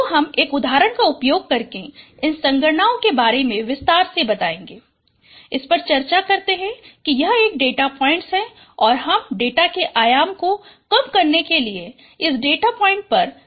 तो हम एक उदाहरण का उपयोग करके इन संगणनाओं के बारे में विस्तार से बताएगें इस पर विचार करते हैं कि यह एक डेटा पॉइंट है और हम डेटा के आयाम को कम करने के लिए इस डेटा पॉइंट पर PCA करना चाहते हैं